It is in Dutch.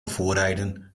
voorrijden